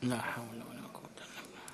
שלוש דקות.